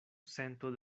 sento